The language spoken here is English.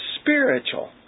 spiritual